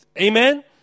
Amen